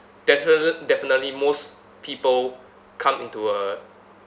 defini~ definitely most people come into a